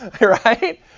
right